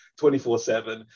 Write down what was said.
24/7